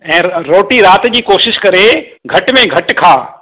ऐं रोटी राति जी कोशिशि करे घटि में घटि खाउ